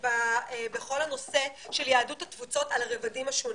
בכל הנושא של יהדות התפוצות על הרבדים השונים.